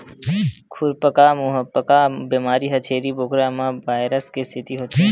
खुरपका मुंहपका बेमारी ह छेरी बोकरा म वायरस के सेती होथे